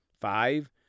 Five